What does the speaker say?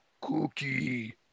Cookie